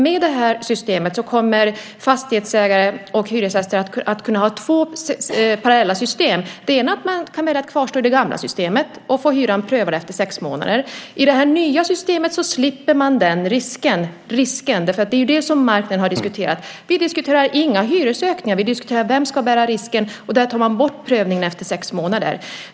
Med det här systemet kommer fastighetsägare och hyresgäster att kunna ha två parallella system. Man kan välja att kvarstå i det gamla systemet och få hyran prövad efter sex månader. I det nya systemet slipper man den risken. Det är ju det som marknaden har diskuterat. Vi diskuterar inga hyresökningar. Vi diskuterar vem som ska bära risken, och där tar man bort prövningen efter sex månader.